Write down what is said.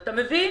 אתה מבין?